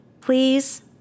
Please